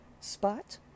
spot